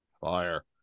fire